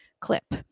clip